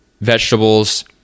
vegetables